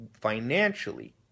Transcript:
financially